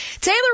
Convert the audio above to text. taylor